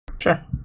sure